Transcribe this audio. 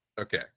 Okay